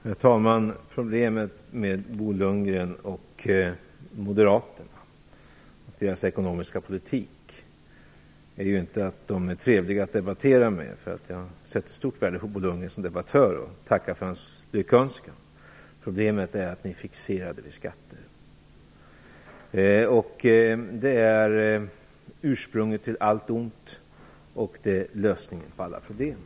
Herr talman! Problemet med Bo Lundgren och Moderaterna och deras ekonomiska politik är inte att de är trevliga att debattera med - jag sätter nämligen stort värde på Bo Lundgren som debattör och tackar för hans lyckönskan - utan problemet är att de är fixerade vid skatter. Skatter ses som ursprunget till allt ont, och en sänkning av skatterna ses som lösningen på alla problem.